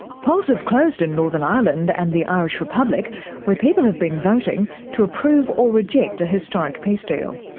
polls have closed in northern ireland and the irish republic where people have been voting to approve or reject a historic peace deal.